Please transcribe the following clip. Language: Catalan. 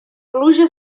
pluja